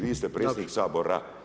Vi ste predsjednik Sabora.